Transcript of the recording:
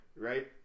right